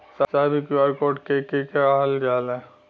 साहब इ QR code के के कहल जाला?